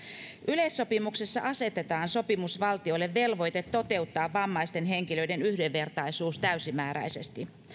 yleissopimuksessa asetetaan sopimusvaltioille velvoite toteuttaa vammaisten henkilöiden yhdenvertaisuus täysimääräisesti